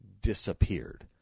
disappeared